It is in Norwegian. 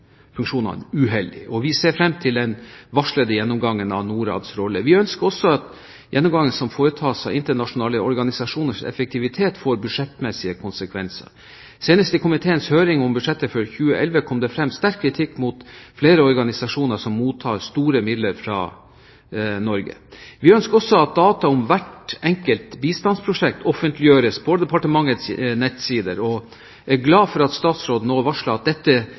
funksjonene – uheldig, og vi ser frem til den varslede gjennomgangen av Norads rolle. Vi ønsker at gjennomgangen som foretas av internasjonale organisasjoners effektivitet, får budsjettmessige konsekvenser. Senest i komiteens høring om budsjettet for 2011 kom det frem sterk kritikk mot flere organisasjoner som mottar store midler fra Norge. Vi ønsker også at data om hvert enkelt bistandsprosjekt offentliggjøres på departementets nettsider, og er glad for at statsråden nå varsler at dette